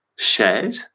shared